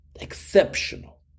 Exceptional